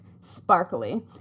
sparkly